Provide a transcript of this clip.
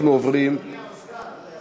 אנחנו עוברים, אדוני הסגן,